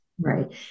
Right